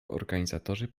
organizatorzy